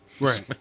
Right